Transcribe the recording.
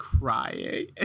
crying